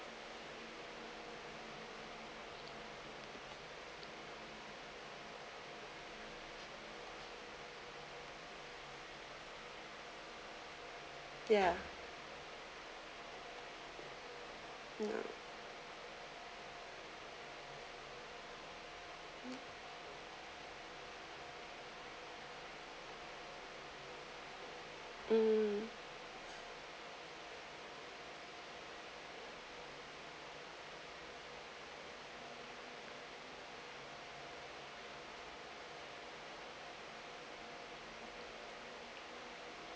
ya not um